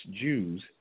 Jews